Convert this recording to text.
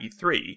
E3